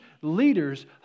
leaders